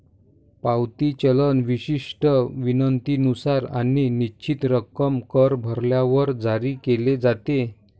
पावती चलन विशिष्ट विनंतीनुसार आणि निश्चित रक्कम कर भरल्यावर जारी केले जाते